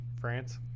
france